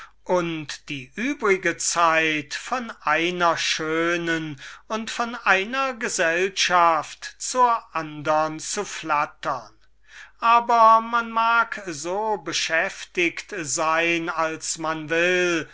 die übrige zeit von einer schönen und von einer gesellschaft zur andern fortzuflattern aber man mag so beschäftiget sein als man will